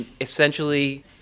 essentially